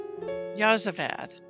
Yazavad